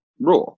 raw